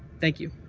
thank you.